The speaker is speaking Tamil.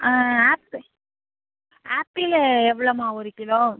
ஆப்பிள் ஆப்பிளு எவ்வளோம்மா ஒரு கிலோ